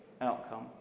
outcome